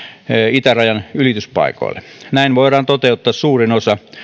itärajan ylityspaikoille näin voidaan toteuttaa suurin osa